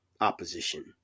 opposition